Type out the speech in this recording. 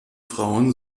frauen